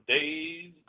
Days